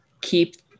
keep